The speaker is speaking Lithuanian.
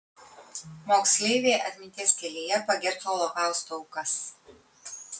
moksleiviai atminties kelyje pagerbs holokausto aukas